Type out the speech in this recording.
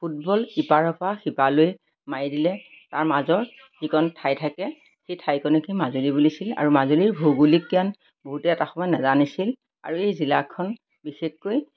football ইপাৰৰ পৰা সিপাৰলৈ মাৰি দিলে তাৰ মাজৰ যিকণ ঠাই থাকে সেই ঠাইকণেকে মাজুলী বুলিছিল আৰু মাজুলীৰ ভৌগোলিক জ্ঞান বহুতেই এটা সময়ত নাজানিছিল আৰু এই জিলাখন বিশেষকৈ